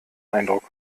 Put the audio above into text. eindruck